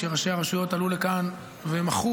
כשראשי הרשויות עלו לכאן ומחו,